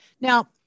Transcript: now